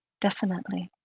definitely.